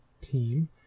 team